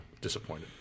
Disappointed